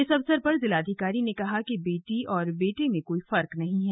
इस अवसर पर जिलाधिकारी ने कहा कि बेटी और बेटे में कोई फर्क नहीं है